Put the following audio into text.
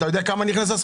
אתה יודע כמה סחורה נכנסה?